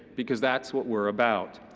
because that's what we're about.